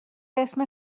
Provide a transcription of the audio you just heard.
اسم